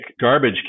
garbage